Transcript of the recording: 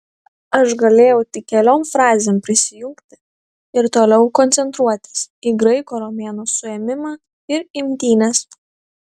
aš galėjau tik keliom frazėm prisijungti ir toliau koncentruotis į graiko romėno suėmimą ir imtynes